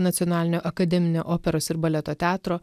nacionalinio akademinio operos ir baleto teatro